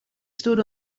stood